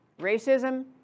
Racism